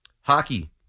Hockey